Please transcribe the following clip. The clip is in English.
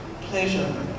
pleasure